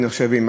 נחשבים.